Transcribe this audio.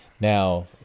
now